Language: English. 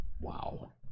Wow